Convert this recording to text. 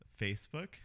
Facebook